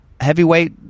heavyweight